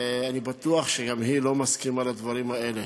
ואני בטוח שגם היא לא מסכימה לדברים האלה.